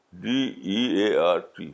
d-e-a-r-t